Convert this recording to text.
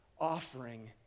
offering